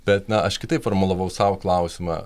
bet na aš kitaip formulavau sau klausimą